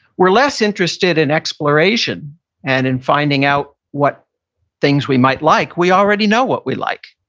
we're less interested in exploration and in finding out what things we might like. we already know what we like.